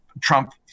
Trump